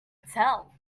tell